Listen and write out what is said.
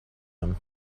him